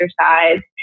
exercise